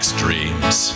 dreams